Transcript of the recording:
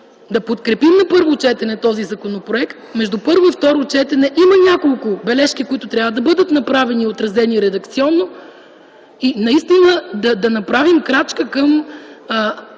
да подкрепим на първо четене този законопроект. Между първо и второ четене има няколко бележки, които трябва да бъдат направени, отразени редакционно, и наистина да направим крачка и